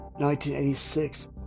1986